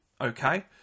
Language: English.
okay